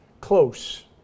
Close